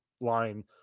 line